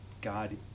God